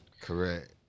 correct